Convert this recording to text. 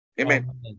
Amen